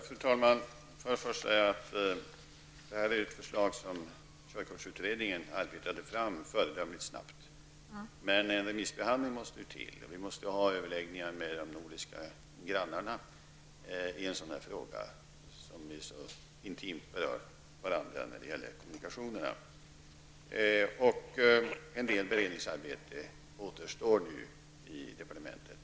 Fru talman! Körkortsutredningen har arbetat fram detta förslag föredömligt snabbt. Men det måste ske en remissbehandling, och det måste ske överläggningar med de andra nordiska länderna i en sådan fråga som så intimt berör grannländerna. En del beredningsarbete återstår nu i departementet.